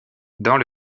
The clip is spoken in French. dans